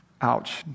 Ouch